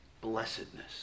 blessedness